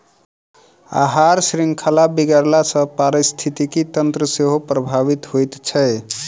आहार शृंखला बिगड़ला सॅ पारिस्थितिकी तंत्र सेहो प्रभावित होइत छै